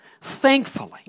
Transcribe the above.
Thankfully